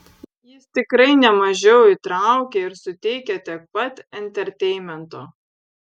jis tikrai nemažiau įtraukia ir suteikia tiek pat enterteinmento